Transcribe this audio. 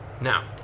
Now